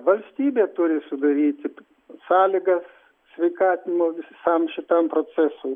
valstybė turi sudaryti sąlygas sveikatinimo visam šitam procesui